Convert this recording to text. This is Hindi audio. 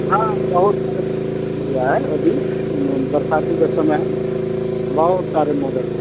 हाँ बहुत सारे मॉडल में भी है अभी बरसाती का समय है बहुत सारे मॉडल